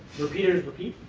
repeaters repeat.